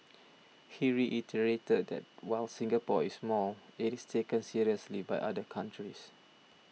he reiterated that while Singapore is small it is taken seriously by other countries